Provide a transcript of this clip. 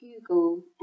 Google